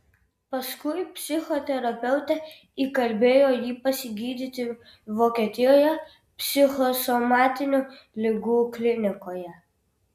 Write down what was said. paskui psichoterapeutė įkalbėjo jį pasigydyti vokietijoje psichosomatinių ligų klinikoje